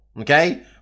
okay